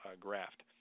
graft